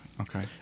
Okay